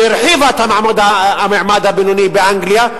שהרחיבה את המעמד הבינוני באנגליה,